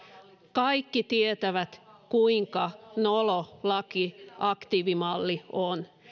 kaikki tietävät kuinka nolo laki aktiivimalli on